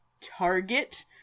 target